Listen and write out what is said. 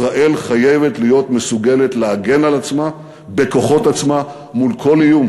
ישראל חייבת להיות מסוגלת להגן על עצמה בכוחות עצמה מול כל איום,